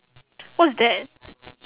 what's that